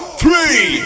three